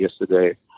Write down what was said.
yesterday